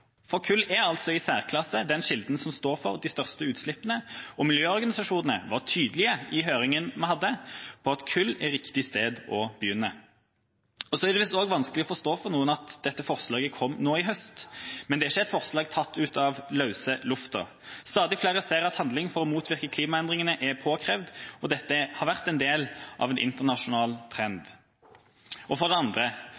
Kull er i særklasse den kilden som står for de største utslippene, og miljøorganisasjonene var i høringen vi hadde, tydelige på at kull er riktig sted å begynne. Så er det visst også vanskelig for noen å forstå at dette forslaget kom nå i høst. Men det er ikke et forslag tatt ut av løse lufta. Stadig flere ser at handling for å motvirke klimaendringene er påkrevet. Dette har vært en del av en internasjonal trend.